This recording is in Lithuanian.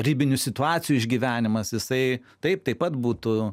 ribinių situacijų išgyvenimas jisai taip taip pat būtų